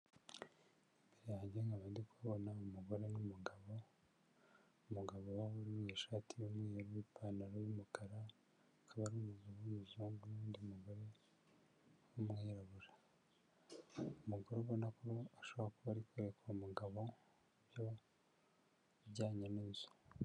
Imbere yanjye nkaba ndi kubona umugore n'umugabo umugabo mu ishati y'umweru' ipantaro y'umukara akaba ari umuzu wumuzu n'undi mugore w'umwirabura umugore ubona kuba a ashobora kuba ari kurereka umugabo byo ujyanye n'inzu